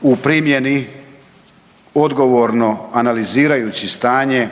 u primjeni odgovorno analizirajući stanje